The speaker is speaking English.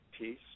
peace